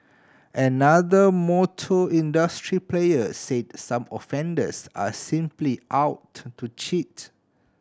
another motor industry player said some offenders are simply out to cheat